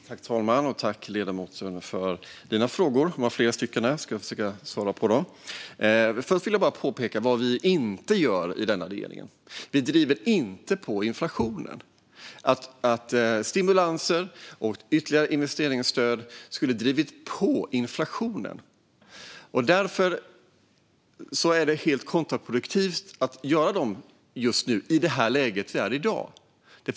Herr talman! Tack, ledamoten, för dina frågor! Det var flera frågor, och jag ska försöka att svara på dem. Först vill jag påpeka vad vi inte gör i regeringen. Vi driver inte på inflationen. Stimulanser och ytterligare investeringsstöd skulle ha drivit på inflationen. Därför är det helt kontraproduktivt att göra det just nu i det läge vi i dag är i.